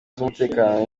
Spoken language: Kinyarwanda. z’umutekano